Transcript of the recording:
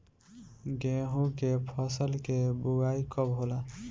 गेहूं के फसल के बोआई कब होला?